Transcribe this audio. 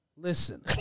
Listen